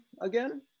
again